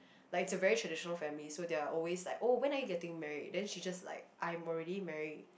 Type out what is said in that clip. like it's a very traditional family so they are always like oh when are you getting married then she just like I'm already married